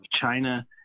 China